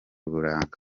uburanga